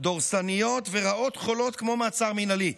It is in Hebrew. דורסניות ורעות חלות כמו מעצר מינהלי.